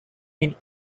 been